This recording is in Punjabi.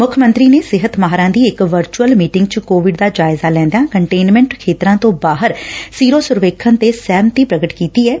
ਮੁੱਖ ਮੰਤਰੀ ਨੇ ਸਿਹਤ ਮਾਹਿਰਾਂ ਦੀ ਇਕ ਵਰਚੂਅਲ ਮੀਟਿੰਗ ਚ ਕੋਵਿਡ ਦਾ ਜਾਇਜ਼ਾ ਲੈਂਦਿਆਂ ਕਨਟੇਨਮੈਂਟ ਖੇਤਰਾਂ ਤੋਂ ਬਾਹਰ ਸੀਰੋ ਸਰਵੇਖਣ ਤੇ ਸਹਿਮਤੀ ਪ੍ਰਗਟ ਕੀਤੀ ਐਂ